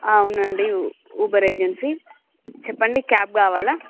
అవునండి Uber agency చెప్పండి cab కావాలా